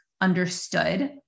understood